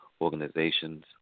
organizations